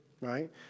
right